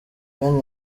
ben